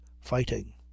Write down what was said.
fighting